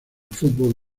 fútbol